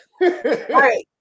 right